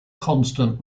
constant